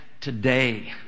today